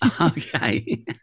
okay